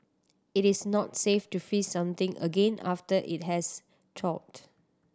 it is not safe to freeze something again after it has